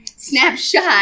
snapshot